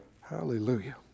Hallelujah